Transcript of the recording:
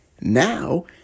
now